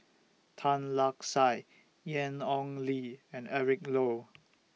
Tan Lark Sye Ian Ong Li and Eric Low